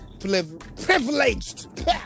privileged